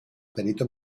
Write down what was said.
perito